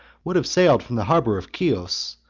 would have sailed from the harbor of chios,